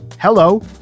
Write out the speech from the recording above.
hello